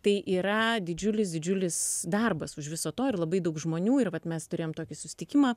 tai yra didžiulis didžiulis darbas už viso to ir labai daug žmonių ir vat mes turėjom tokį susitikimą